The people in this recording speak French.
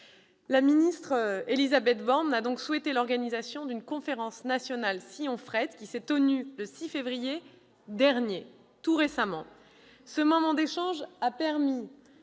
La ministre Élisabeth Borne a donc souhaité l'organisation de la « Conférence nationale sillons fret », qui s'est tenue le 6 février dernier. Ce moment d'échanges a permis